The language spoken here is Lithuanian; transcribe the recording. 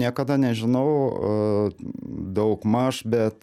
niekada nežinau daugmaž bet